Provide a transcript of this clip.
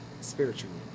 spiritually